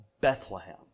Bethlehem